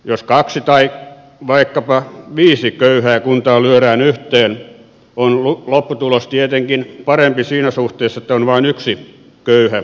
jos kaksi tai vaikkapa viisi köyhää kuntaa lyödään yhteen on lopputulos tietenkin parempi siinä suhteessa että on vain yksi köyhä isompi kunta